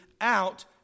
out